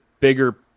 bigger